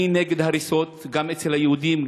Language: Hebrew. אני נגד הריסות גם אצל היהודים,